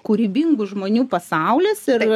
kūrybingų žmonių pasaulis ir